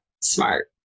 Smart